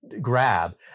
grab